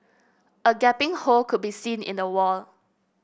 a gaping hole could be seen in the wall